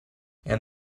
and